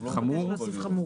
בסדר.